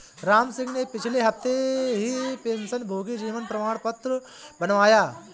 रामसिंह ने पिछले हफ्ते ही पेंशनभोगी जीवन प्रमाण पत्र बनवाया है